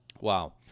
Wow